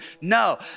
No